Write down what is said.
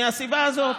מהסיבה הזאת.